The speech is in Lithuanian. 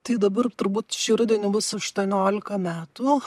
tai dabar turbūt šį rudenį bus aštuoniolika metų